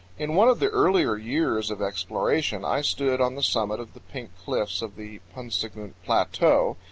in one of the earlier years of exploration i stood on the summit of the pink cliffs of the paunsagunt plateau,